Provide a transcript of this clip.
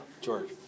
George